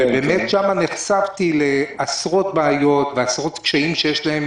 באמת שם נחשפתי לעשרות בעיות ועשרות קשיים שיש להם